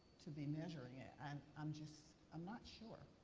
to be measuring it? and i'm just i'm not sure.